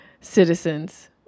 citizens